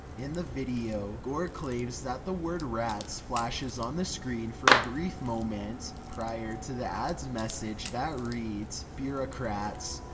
in the video, gore claims that the word rats flashes on the screen for a brief moment, prior to the ad's message that reads, bureaucrats.